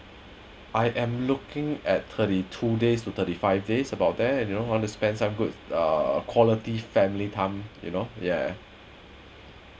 I am looking at thirty two days to thirty five days about that you know I want to spend time good uh good quality family time you know yeah